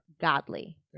godly